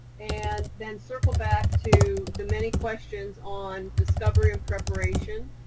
and then circle back to the many questions on discovery and preparation,